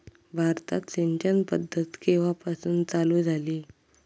भारतात सिंचन पद्धत केवापासून चालू झाली?